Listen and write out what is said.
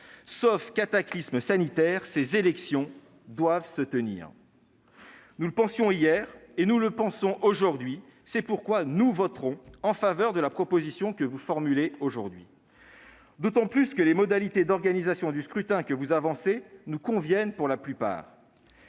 Sauf cataclysme sanitaire, ces élections doivent se tenir. Nous le pensions hier et nous le pensons aujourd'hui. C'est pourquoi nous voterons en faveur de la proposition que vous formulez aujourd'hui. C'est d'autant plus facile que la plupart des modalités d'organisation du scrutin que vous proposez nous conviennent : faciliter